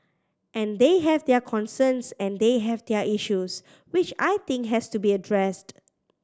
and they have their concerns and they have their issues which I think has to be addressed